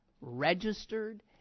registered